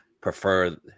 prefer